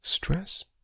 stress